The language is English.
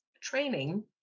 training